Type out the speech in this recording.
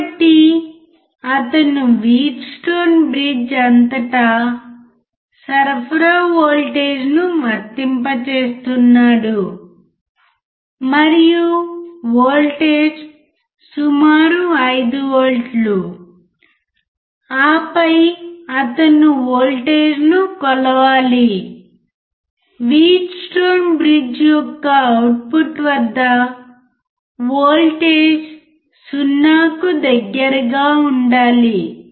కాబట్టి అతను Wheatstone bridge అంతటా సరఫరా వోల్టేజ్ను వర్తింపజేస్తున్నాడు మరియు వోల్టేజ్ సుమారు 5 వోల్ట్లు ఆపై అతను వోల్టేజ్ను కొలవాలి వీట్స్టోన్ బ్రిడ్జ్ యొక్క అవుట్పుట్ వద్ద వోల్టేజ్ 0 కి దగ్గరగా ఉండాలి